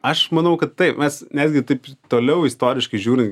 aš manau kad tai mes netgi taip toliau istoriškai žiūrint